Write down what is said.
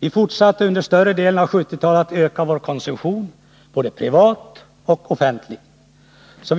Vi fortsatte under större delen av 1970-talet att öka vår konsumtion, privat och offentligt, som